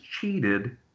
cheated